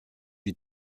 die